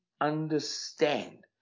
understand